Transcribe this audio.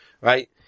Right